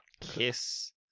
Kiss